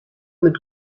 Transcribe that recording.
mit